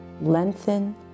Lengthen